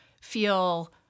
feel